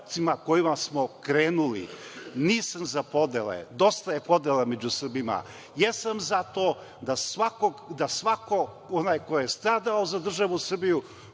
kojima smo krenuli. Nisam za podele. Dosta je podela među Srbima. Jesam za to da svako ko je onaj stradao za državu Srbiju